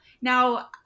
now